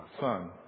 son